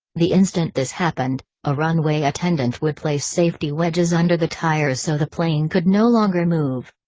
the instant this happened, a runway attendant would place safety wedges under the tires so the plane could no longer move.